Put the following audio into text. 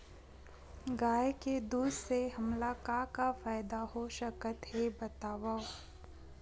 गाय के दूध से हमला का का फ़ायदा हो सकत हे बतावव?